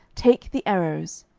take the arrows.